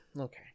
Okay